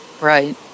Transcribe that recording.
Right